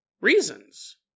reasons